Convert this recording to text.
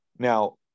Now